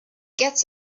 gets